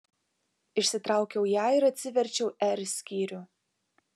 išsitraukiau ją ir atsiverčiau r skyrių